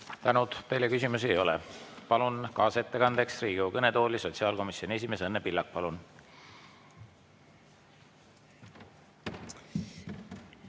Tänud! Teile küsimusi ei ole. Palun kaasettekandeks Riigikogu kõnetooli sotsiaalkomisjoni esimehe Õnne Pillaku.